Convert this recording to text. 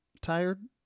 tired